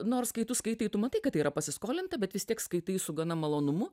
nors kai tu skaitai tu matai kad yra pasiskolinta bet vis tiek skaitai su gana malonumu